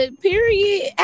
Period